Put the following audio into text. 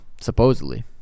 supposedly